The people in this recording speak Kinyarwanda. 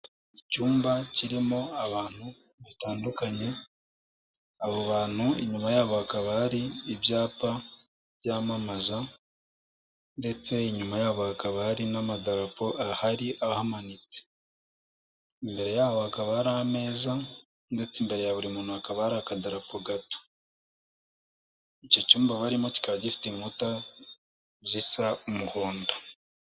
Icyumba kirimo abantu batandukanye, abo bantu inyuma yabo hakaba hari ibyapa byamamaza ndetse inyuma yabo hakaba hari n'amadarapo ahari ahamanitse, imbere yaho hakaba hari ameza ndetse imbere ya buri muntu hakaba hari akadarapo gato, icyo cyumba barimo kikaba gifite inkuta zisa umuhondo.